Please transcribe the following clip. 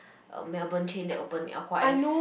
uh Melbourne chain that open Aqua S